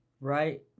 Right